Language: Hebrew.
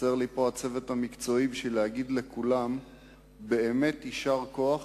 חסר לי פה הצוות המקצועי בשביל להגיד לכולם באמת יישר כוח.